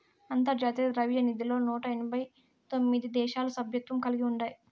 అంతర్జాతీయ ద్రవ్యనిధిలో నూట ఎనబై తొమిది దేశాలు సభ్యత్వం కలిగి ఉండాయి